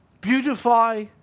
Beautify